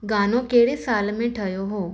गानो कहिड़े साल में ठाहियो हो